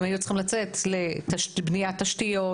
הם היו צריכים לצאת לבניית תשתיות,